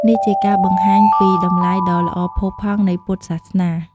ព្រះសង្ឃដើរតួនាទីជាអ្នកដឹកនាំខាងផ្នែកស្មារតី និងជាអ្នកបង្ហាញផ្លូវក្នុងការអនុវត្តធម៌។